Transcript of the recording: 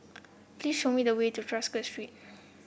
please show me the way to Tosca Street